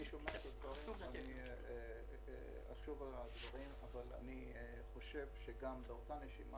אני שומע את הדברים ואחשוב עליהם אבל אני חושב שבאותה נשימה